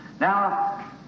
Now